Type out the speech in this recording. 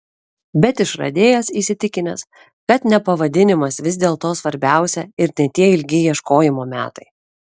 bet išradėjas įsitikinęs kad ne pavadinimas vis dėlto svarbiausia ir ne tie ilgi ieškojimo metai